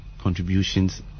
contributions